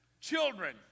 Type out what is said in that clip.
children